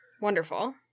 wonderful